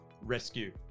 rescue